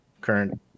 current